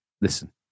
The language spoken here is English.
Listen